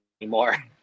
anymore